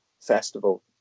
festival